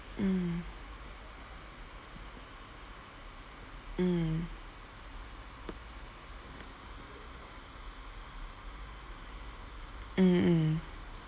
mm mm mm mm